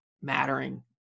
mattering